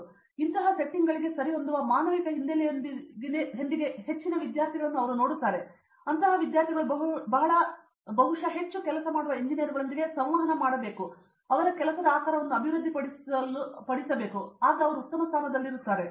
ಆದುದರಿಂದ ಇಂತಹ ಸೆಟ್ಟಿಂಗ್ಗಳಿಗೆ ಸರಿಹೊಂದುವ ಮಾನವಿಕ ಹಿನ್ನೆಲೆಯೊಂದಿಗೆ ಹೆಚ್ಚಿನ ವಿದ್ಯಾರ್ಥಿಗಳನ್ನು ಅವರು ನೋಡುತ್ತಿದ್ದಾರೆ ಮತ್ತು ಅಂತಹ ವಿದ್ಯಾರ್ಥಿಗಳು ಬಹುಶಃ ಹೆಚ್ಚು ಕೆಲಸ ಮಾಡುವ ಎಂಜಿನಿಯರುಗಳೊಂದಿಗೆ ಸಂವಹನ ಮಾಡುವಾಗ ಅವರ ಕೆಲಸದ ಆಕಾರವನ್ನು ಅಭಿವೃದ್ಧಿಪಡಿಸಲು ಉತ್ತಮ ಸ್ಥಾನದಲ್ಲಿರುತ್ತಾರೆ